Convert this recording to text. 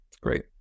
Great